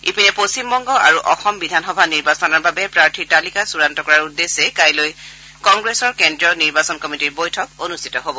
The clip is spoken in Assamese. ইপিনে পশ্চিমবংগ আৰু অসম বিধানসভা নিৰ্বাচনৰ বাবে প্ৰাৰ্থীৰ তালিকা চূড়ান্ত কৰাৰ উদ্দেশ্যে কাইলৈ কংগ্ৰেছৰ কেন্দ্ৰীয় নিৰ্বাচন কমিটিৰ বৈঠক অনুষ্ঠিত হ'ব